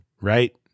right